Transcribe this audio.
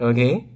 Okay